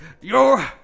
You're-